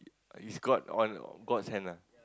it's god all god's hand lah